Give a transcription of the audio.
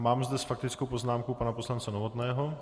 Mám zde s faktickou poznámkou pana poslance Novotného.